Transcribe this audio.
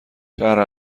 شهر